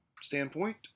standpoint